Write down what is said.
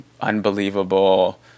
unbelievable